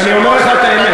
אני אומר לך את האמת,